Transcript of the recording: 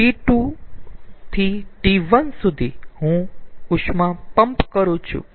T2 to T1 સુધી હું ઉષ્મા પંપ કરું છું